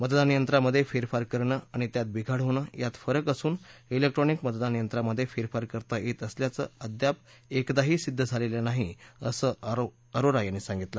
मतदानयंत्रांमध्ये फेरफार करणं आणि त्यात बिघाड होणं यात फरक असून क्रिक्ट्रॉनिक मतदानयंत्रांमध्ये फेरफार करता येत असल्याचं अद्याप एकदाही सिद्ध झालेलं नाही असं अरोरा यांनी सांगितलं